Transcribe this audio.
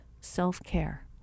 self-care